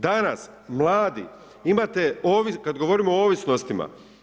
Danas mladi, imate, kad govorimo o ovisnostima.